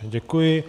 Děkuji.